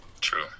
True